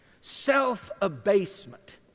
self-abasement